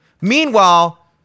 Meanwhile